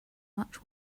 much